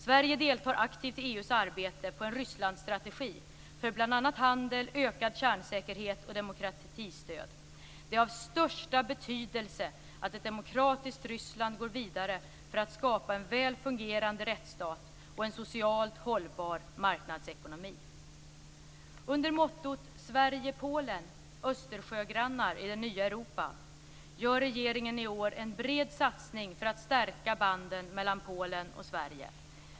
Sverige deltar aktivt i EU:s arbete på en Rysslandsstrategi för bl.a. handel, ökad kärnsäkerhet och demokratistöd. Det är av största betydelse att ett demokratiskt Ryssland går vidare för att skapa en väl fungerande rättsstat och en socialt hållbar marknadsekonomi. Under mottot "Sverige-Polen: Östersjögrannar i det nya Europa" gör regeringen i år en bred satsning för att stärka banden mellan Polen och Sverige.